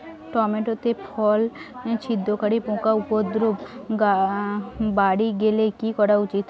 Tomato তে ফল ছিদ্রকারী পোকা উপদ্রব বাড়ি গেলে কি করা উচিৎ?